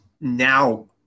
now